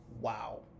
Wow